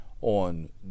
on